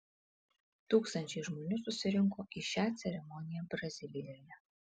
tūkstančiai žmonių susirinko į šią ceremoniją brazilijoje